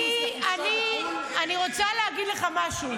אני רוצה להגיד לך משהו.